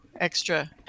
extra